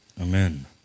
Amen